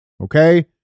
Okay